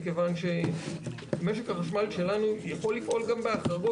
מכיוון שמשק החשמל שלנו יכול לפעול גם בהחרגות.